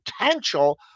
potential